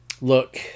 Look